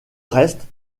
reste